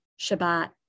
Shabbat